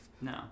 No